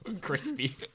Crispy